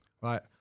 Right